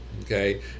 okay